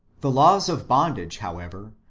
the laws of bondage, however,